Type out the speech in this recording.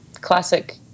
classic